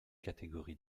catégories